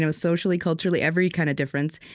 and socially, culturally every kind of difference.